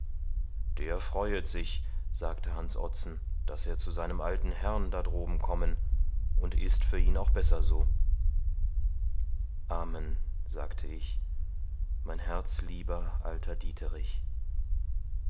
der freuet sich sagte hans ottsen daß er zu seinem alten herrn da droben kommen und ist für ihn auch besser so amen sagte ich mein herzlieber alter dieterich